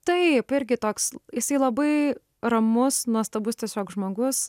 tai irgi toks jisai labai ramus nuostabus tiesiog žmogus